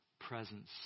presence